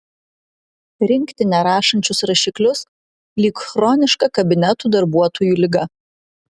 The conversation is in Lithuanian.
rinkti nerašančius rašiklius lyg chroniška kabinetų darbuotojų liga